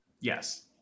Yes